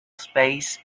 space